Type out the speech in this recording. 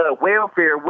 welfare